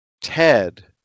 Ted